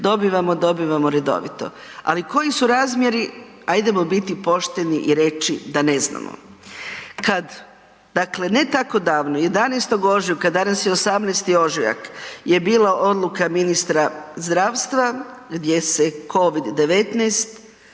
dobivamo, dobivamo redovito. Ali koji su razmjeri hajdemo biti pošteni i reći da ne znamo Kad, dakle ne tako davno, 11. ožujka, danas je 18. ožujak je bila odluka ministra zdravstva gdje se COVID-19